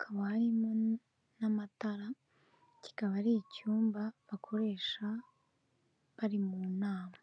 kabamo n'amatara kikaba ari icyumba bakoresha bari mu nama.